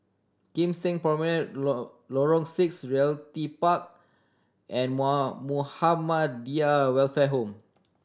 Kim Seng Promenade Lorong Six Realty Park and Muhammadiyah Welfare Home